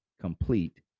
complete